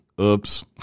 oops